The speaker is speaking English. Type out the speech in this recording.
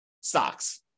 stocks